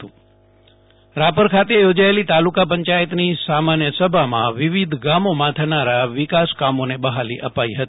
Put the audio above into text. Jaydip Vaishnav Rapar taluka panchayat budget Rapar ખાતે યોજાયેલી તાલુકા પંચાયતની સામાન્ય સભામાં વિવિધ ગામોમાં થનારા વિકાસ કામોને બહાલી અપાઇ હતી